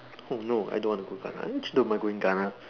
oh no I don't wanna go Ghana nor am I going Ghana